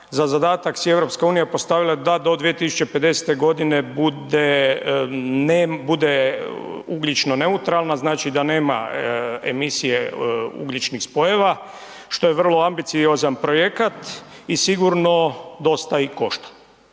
Za zadatak si je EU postavila da do 2050. godine bude ugljično neutralna, znači da nema emisije ugljičnih spojeva što je vrlo ambiciozan projekat i sigurno dosta košta.